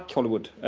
hollywood,